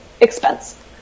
expense